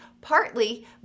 partly